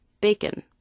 bacon